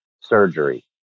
surgery